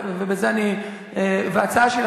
וההצעה שלי,